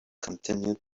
continued